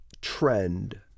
trend